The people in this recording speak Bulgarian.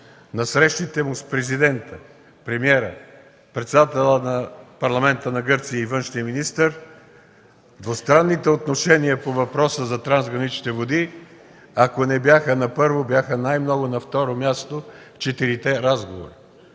срещи с президента, премиера, председателя на парламента на Гърция и външния министър. Двустранните отношения по въпроса за трансграничните води, ако не бяха на първо, бяха най-много на второ място в четирите разговора.